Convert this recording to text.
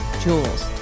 Jewels